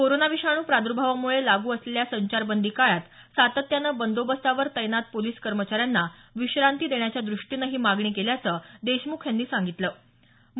corona विषाणू प्रादर्भावामुळे लागू असलेल्या संचारबंदी काळात सातत्यानं बंदोबस्तावर तैनात पोलिस कर्मचाऱ्यांना विश्रांती देण्याच्या दृष्टीनं ही मागणी केल्याचं देशमुख यांनी सांगितलं आहे